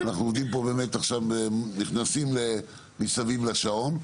אנחנו עובדים פה באמת, נכנסים למסביב לשעון.